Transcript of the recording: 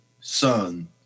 son